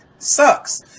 Sucks